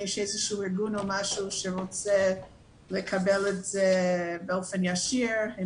אם יש ארגון או מישהו שרוצה לקבל את זה באופן ישיר.